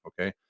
okay